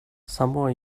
somewhere